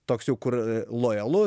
toks jau kur lojalus